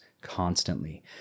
constantly